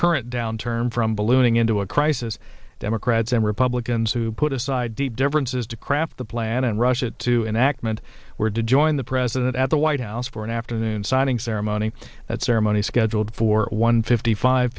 current downturn from ballooning into a crisis democrats and republicans who put aside deep differences to craft the plan and rush it to enactment where did join the president at the white house for an afternoon signing ceremony that ceremony scheduled for one fifty five